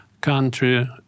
country